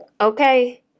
Okay